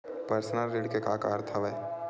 Personal ऋण के का अर्थ हवय?